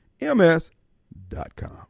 MS.com